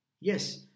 Yes